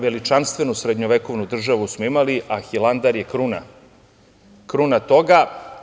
Veličanstvenu srednjovekovnu državu smo imali a Hilandar je kruna toga.